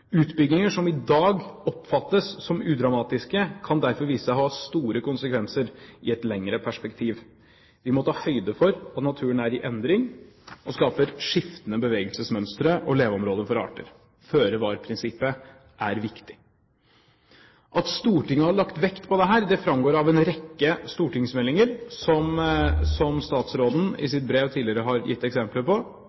Utbygginger som i dag oppfattes som udramatiske, kan derfor vise seg å ha store konsekvenser i et lengre perspektiv. Vi må ta høyde for at naturen er i endring, og skape skiftende bevegelsesmønstre og leveområder for arter. Føre-var-prinsippet er viktig. At Stortinget har lagt vekt på dette, framgår av en rekke stortingsmeldinger som statsråden i